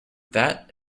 that